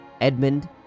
Edmund